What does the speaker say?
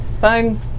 Fine